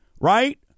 right